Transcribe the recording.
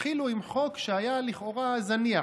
התחילו עם חוק שהיה לכאורה זניח,